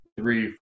three